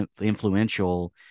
influential